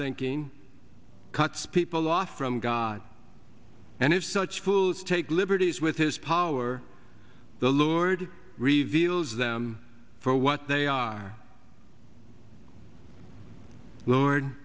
thinking cuts people off from god and if such fools take liberties with his power the lord reveals them for what they are lord